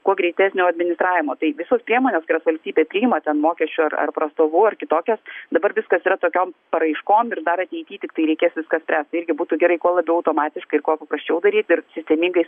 kuo greitesnio administravimo tai visos priemonės kurias valstybė priima ten mokesčių ar ar prastovų ar kitokias dabar viskas yra tokiom paraiškom ir dar ateity tiktai reikės viską spręst tai irgi būtų gerai kuo labiau automatiškai ir kuo paprasčiau daryt ir sistemingai